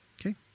Okay